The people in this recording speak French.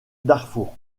darfour